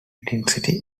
dynasty